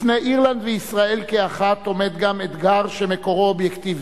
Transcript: בפני אירלנד וישראל כאחת עומד גם אתגר שמקורו אובייקטיבי,